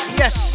yes